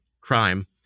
crime